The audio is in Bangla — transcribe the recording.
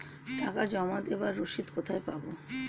টাকা জমা দেবার রসিদ কোথায় পাব?